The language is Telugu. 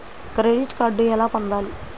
క్రెడిట్ కార్డు ఎలా పొందాలి?